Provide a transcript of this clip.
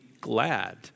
glad